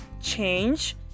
change